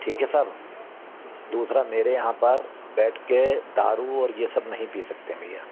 ठीक है सर दूसरा मेरे यहाँ पर बैठ कर दारू और ये सब नहीं पी सकते हैं भैया